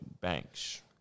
Banks